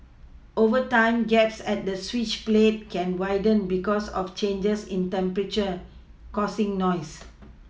over time gaps at the switch plate can widen because of changes in temperature causing noise